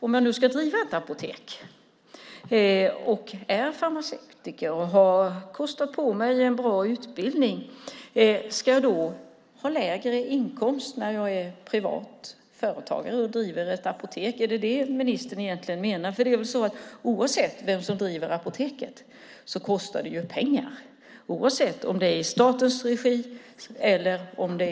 Om man nu ska driva ett apotek, är farmaceut och har kostat på sig en bra utbildning - ska man då ha lägre inkomst när man är privat företagare och driver ett apotek? Är det detta ministern egentligen menar? Oavsett vem som driver apoteket kostar det ju pengar. Det kostar pengar oavsett om det sker i statens regi eller privat.